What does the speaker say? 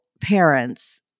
parents